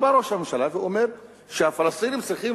בא ראש הממשלה ואומר שהפלסטינים צריכים